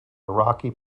iraqi